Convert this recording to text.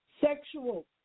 sexual